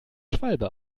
schwalbe